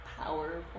powerful